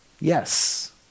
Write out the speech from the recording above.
Yes